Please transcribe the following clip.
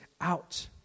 out